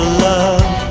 love